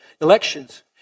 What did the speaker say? elections